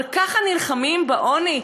אבל ככה נלחמים בעוני?